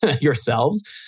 yourselves